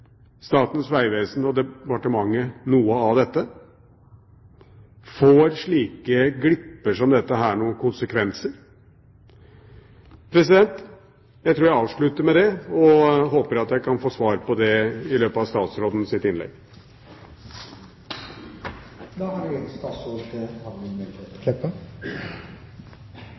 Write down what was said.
Statens vegvesen og departementet noe av dette? Får slike glipp som dette noen konsekvenser? Jeg tror jeg avslutter med det og håper jeg kan få svar på dette i løpet av statsrådens innlegg. Då utbyggingsprosjektet E6 Øyer–Tretten vart lagt fram for Stortinget våren 2009, var kostnadene ved prosjektet kvalitetssikra både internt i